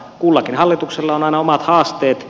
kullakin hallituksella on aina omat haasteet